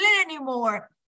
anymore